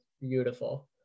beautiful